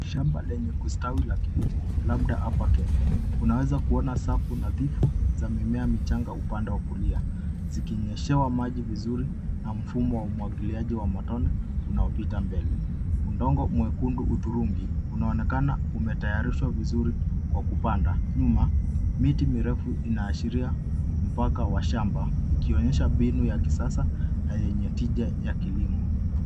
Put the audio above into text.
Shamba lenye kustawi la kilimo labda hapa Kenya. Tunaeza kuona safu nadhifu za mimea michanga upande wa kulia. Zikinyeshewa maji vizuri na mfumo wa umwagiliaji wa matone unaopita mbele. Udongo mwekundu hudhurungi unaonekana umetayarishwa vizuri kwa kupanda. Nyuma miti mirefu inaashiria mpaka wa shamba ikionyesha mbinu ya kisasa na yenye tija ya kilimo.